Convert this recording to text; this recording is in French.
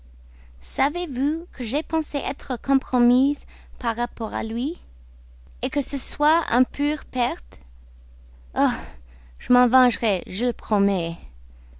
savez-vous que j'ai pensé être compromise par rapport à lui que ce soit en pure perte oh je m'en vengerai je le promets